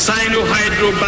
Sino-Hydro